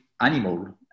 animal